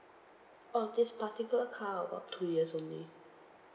oh this particular car about two years only